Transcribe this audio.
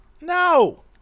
No